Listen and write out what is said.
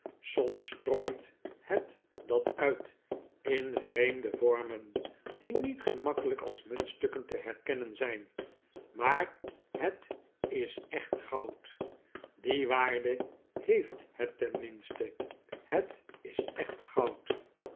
soms strooit het dat uit in vreemde vormen die niet gemakkelijk als muntstukken te herkennen zijn maar het is echt goud die waarde heeft het tenminste het is echt goud